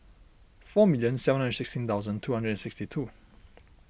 four million seven hundred and sixteen thousand two hundred and sixty two